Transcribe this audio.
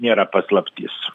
nėra paslaptis